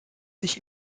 sich